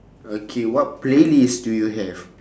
okay what playlist do you have